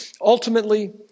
Ultimately